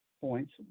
points